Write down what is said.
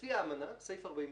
לפי האמנה, סעיף 42,